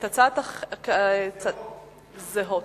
זהות.